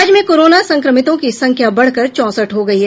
राज्य में कोरोना संक्रमितों की संख्या बढ़कर चौंसठ हो गई है